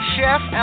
Chef